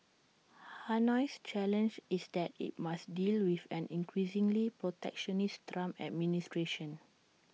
Hanoi's challenge is that IT must deal with an increasingly protectionist Trump administration